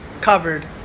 covered